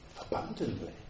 abundantly